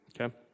okay